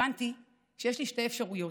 הבנתי שיש לי שתי אפשרויות: